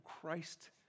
Christ